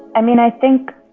i mean, i think